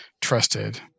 trusted